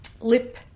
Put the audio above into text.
lip